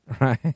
Right